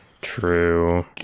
True